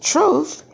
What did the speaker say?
Truth